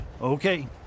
Okay